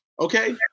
Okay